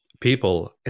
people